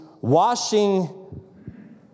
washing